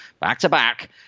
back-to-back